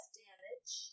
damage